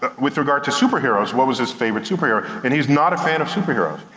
but with regard to superheros, what was his favorite superhero. and he's not a fan of superheros.